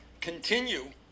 continue